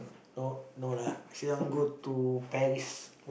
no no lah actually I want to go to Paris